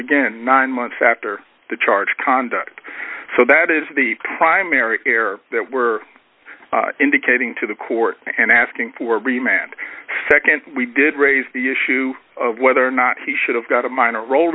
again nine months after the charge conduct so that is the primary care that we're indicating to the court and asking for every man nd we did raise the issue of whether or not he should have got a minor rol